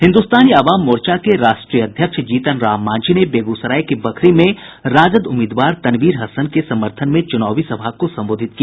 हिन्दुस्तानी अवाम मोर्चा के राष्ट्रीय अध्यक्ष जीतन राम मांझी ने बेगूसराय के बखरी में राजद उम्मीदवार तनवीर हसन के समर्थन में चुनावी सभा को संबोधित किया